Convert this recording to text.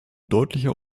deutlicher